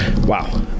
Wow